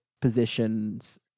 positions